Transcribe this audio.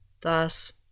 thus